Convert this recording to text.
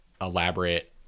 elaborate